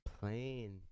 Plane